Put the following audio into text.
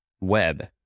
web